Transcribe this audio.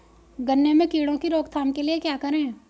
गन्ने में कीड़ों की रोक थाम के लिये क्या करें?